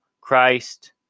Christ